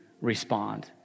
respond